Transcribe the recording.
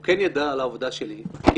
הוא כן ידע על העבודה שלי כי